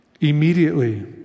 Immediately